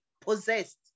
possessed